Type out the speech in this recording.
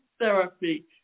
therapy